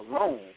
alone